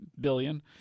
billion